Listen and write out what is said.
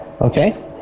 Okay